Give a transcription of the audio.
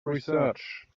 research